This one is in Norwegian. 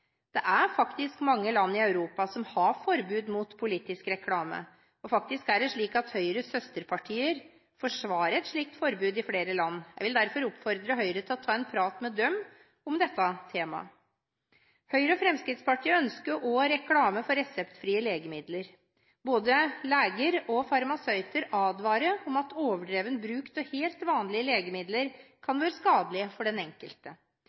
Det er faktisk mange land i Europa som har forbud mot politisk reklame. Faktisk er det også slik at Høyres søsterpartier i flere land forsvarer et slikt forbud. Jeg vil derfor oppfordre Høyre til å ta en prat med dem om dette temaet. Høyre og Fremskrittspartiet ønsker også reklame for reseptfrie legemidler. Både leger og farmasøyter advarer om at overdreven bruk av helt vanlige legemidler kan være skadelig for den enkelte.